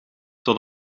tot